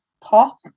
pop